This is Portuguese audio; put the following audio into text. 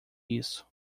isso